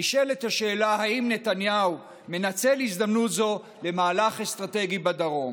נשאלת השאלה אם נתניהו מנצל הזדמנות זו למהלך אסטרטגי בדרום,